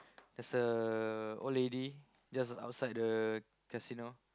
there's a old lady just outside the casino